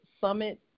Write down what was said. summit